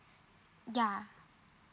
yeah